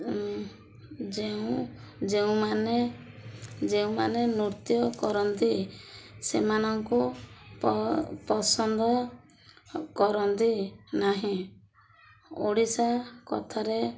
ଯେଉଁ ଯେଉଁମାନେ ଯେଉଁମାନେ ନୃତ୍ୟ କରନ୍ତି ସେମାନଙ୍କୁ ପସନ୍ଦ କରନ୍ତି ନାହିଁ ଓଡ଼ିଶା କଥାରେ